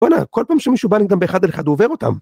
‫בואנה, כל פעם שמישהו בא נגדם ‫באחד אל אחד הוא עובר אותם.